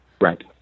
right